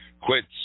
quits